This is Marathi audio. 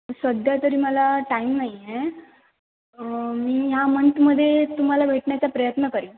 सध्या तरी मला टाईम नाही आहे मी ह्या मंथमध्ये तुम्हाला भेटण्याचा प्रयत्न करीन